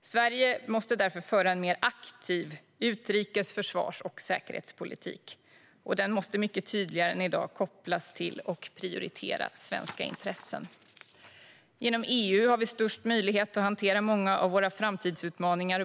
Sverige måste därför föra en mer aktiv utrikes, försvars och säkerhetspolitik. Den måste mycket tydligare än i dag kopplas till och prioritera svenska intressen. Genom EU har vi störst möjlighet att hantera många av våra framtidsutmaningar.